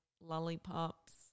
lollipops